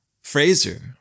Fraser